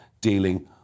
dealing